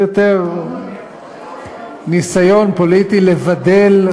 זה יותר ניסיון פוליטי לבדל,